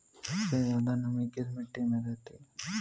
सबसे ज्यादा नमी किस मिट्टी में रहती है?